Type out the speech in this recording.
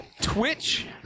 twitch